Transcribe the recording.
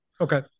Okay